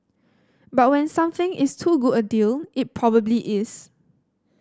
but when something is too good a deal it probably is